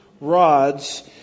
rods